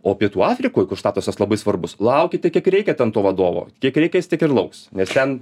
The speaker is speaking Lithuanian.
o pietų afrikoj kur statusas labai svarbus laukia tiek kiek reikia ten to vadovo kiek reikės tiek ir lauks nes ten